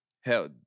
Hell